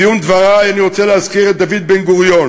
בסיום דברי אני רוצה להזכיר את דוד בן-גוריון,